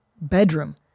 bedroom